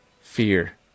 fear